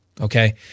okay